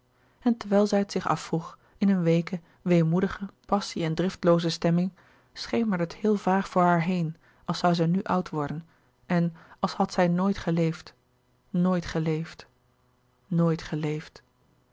en terwijl zij het zich afvroeg in een weeke weemoedige passie en driftlooze stemming schemerde het heel vaag voor haar heen als zoû zij nu oud worden en als had zij nooit geleefd nooit geleefd nooit geleefd